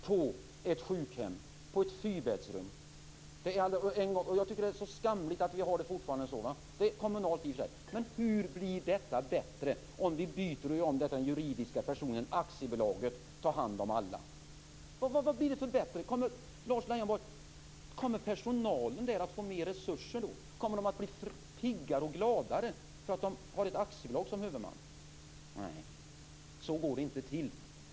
Fru talman! Min egen mor ligger på ett sjukhem, i ett fyrbäddsrum, och jag tycker att det är skamligt att vi har det så fortfarande. Det är i och för sig kommunalt. Men hur blir detta bättre om vi byter och gör om det, så att den juridiska personen, aktiebolaget, tar hand om alla? Blir det bättre, Lars Leijonborg? Kommer personalen där att få mer resurser? Kommer de att bli piggare och gladare om de har ett aktiebolag som huvudman? Nej, så går det inte till.